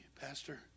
Pastor